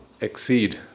exceed